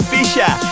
Fisher